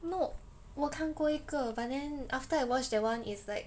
no 我看过一个 but then after I watch that [one] is like